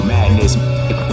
Madness